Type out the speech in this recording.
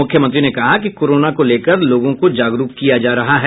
मुख्यमंत्री ने कहा कि कोरोना को लेकर लोगों को जागरूक किया जा रहा है